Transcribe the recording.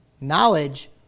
Knowledge